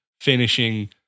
finishing